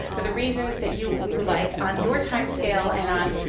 for the reasons that you would like on your time scale, and on,